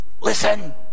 listen